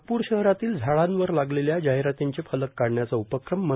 नागपूर शहरातील झाडांवर लागलेल्या जाहिरातींचे फलक काढण्याचा उपक्रम म